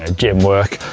ah gym work.